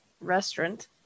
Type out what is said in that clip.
restaurant